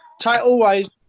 Title-wise